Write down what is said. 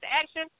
action